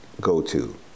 go-to